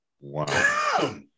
Wow